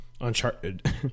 Uncharted